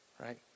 right